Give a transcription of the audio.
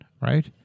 right